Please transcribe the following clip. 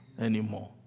anymore